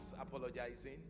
apologizing